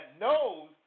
knows